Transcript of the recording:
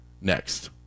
next